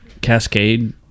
Cascade